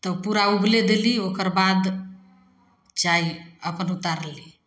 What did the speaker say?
तऽ पूरा उबलै देली ओकर बाद चाइ अपन उतारली